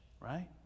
right